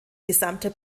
gesamte